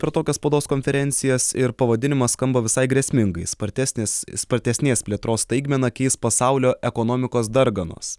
per tokias spaudos konferencijas ir pavadinimas skamba visai grėsmingai spartesnis spartesnės plėtros staigmeną keis pasaulio ekonomikos darganos